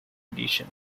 edition